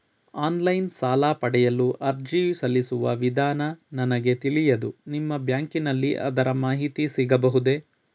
Online ಸಾಲ ಪಡೆಯಲು ಅರ್ಜಿ ಸಲ್ಲಿಸುವ ವಿಧಾನ ನನಗೆ ತಿಳಿಯದು ನಿಮ್ಮ ಬ್ಯಾಂಕಿನಲ್ಲಿ ಅದರ ಮಾಹಿತಿ ಸಿಗಬಹುದೇ?